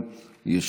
(הגבלות על הפעלת שדות תעופה וטיסות)